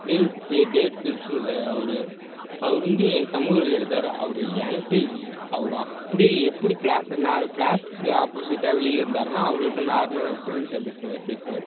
David David பிலிப்ஸ்னு அவரு அவரு வந்து சமூகறிவியல் எடுத்தார் அவரு என் கிட்டே இ அவரு அப்படியே எப்படி கிளாஸ் நான் கிளாஸ்சுக்கு ஆப்போசிட்டாக வெளியில் இருந்தாருனால் அவரு எப்படி நார்மல் நம்ம ஃப்ரண்டுகிட்ட பேசுகிற மாதிரி பேசுவார்